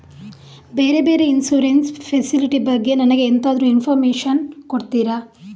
ಬೇರೆ ಬೇರೆ insurance facility ಬಗ್ಗೆ ನನಗೆ ಎಂತಾದ್ರೂ ಇನ್ಫೋರ್ಮೇಷನ್ ಕೊಡ್ತೀರಾ?